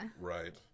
Right